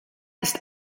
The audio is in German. ist